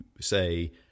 say